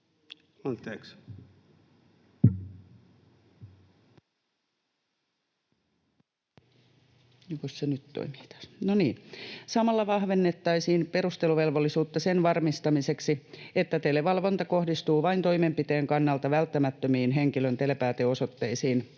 Samalla vahvennettaisiin perusteluvelvollisuutta sen varmistamiseksi, että televalvonta kohdistuu vain toimenpiteen kannalta välttämättömiin henkilön telepääteosoitteisiin